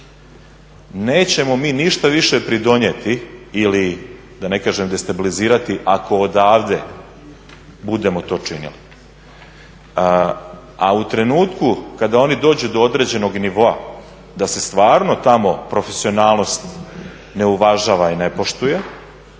Nećemo mi ništa više pridonijeti ili da ne kažem destabilizirati ako odavde budemo to činili. A u trenutku kada oni dođu do određenog nivoa, da se stvarno tamo profesionalnost ne uvažava i ne poštuje